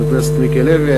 חבר הכנסת מיקי לוי,